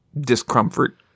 discomfort